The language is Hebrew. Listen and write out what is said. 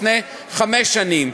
לפני חמש שנים,